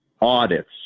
audits